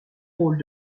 rôles